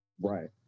Right